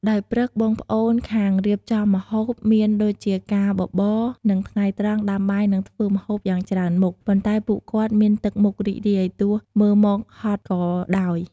ដោយព្រឹកបងប្អូនខាងរៀបចំម្ហូបមានដូចជាការបបរ និងថ្ងៃត្រង់ដាំបាយនិងធ្វើម្ហូបយ៉ាងច្រើនមុខ ប៉ុន្តែពួកគាត់មានទឹកមុខរីករាយទោះមកមើលហាត់ក៏ដោយ។